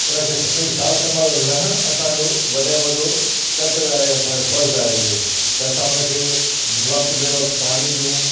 हुन खे हुन जी सार संभालु लहण असांजो वॾे में वॾो कर्तव्य आहे असांजो फ़र्ज़ु आहे इहो त असां उन खे वक़्त बे वक़्तु पाणी ॾियूं